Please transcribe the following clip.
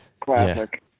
Classic